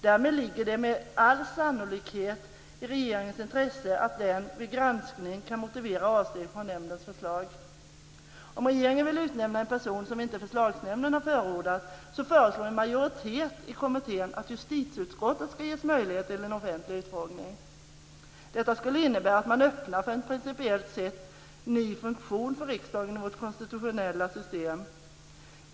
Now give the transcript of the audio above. Därmed ligger det med all sannolikhet i regeringens intresse att den vid granskning kan motivera avsteg från nämndens förslag. Om regeringen vill utnämna en person som förslagsnämnden inte har förordat föreslår en majoritet i kommittén att justitieutskottet ska ges möjlighet till en offentlig utfrågning. Detta skulle innebära att man öppnar för en principiellt sett ny funktion för riksdagen och vårt konstitutionella system.